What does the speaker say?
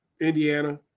Indiana